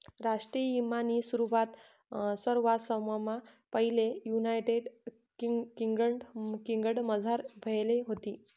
राष्ट्रीय ईमानी सुरवात सरवाससममा पैले युनायटेड किंगडमझार व्हयेल व्हती